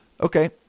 Okay